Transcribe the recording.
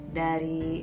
dari